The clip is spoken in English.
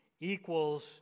equals